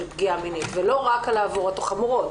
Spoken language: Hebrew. פגיעה מינית ולא רק על העבירות החמורות.